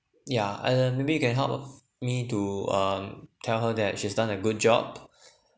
yeah uh maybe you can help me to um tell her that she's done a good job